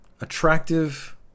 attractive